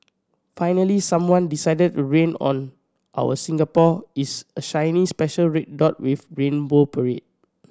finally someone decided to rain on our Singapore is a shiny special red dot with rainbow parade